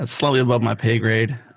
and slightly above my pay grade.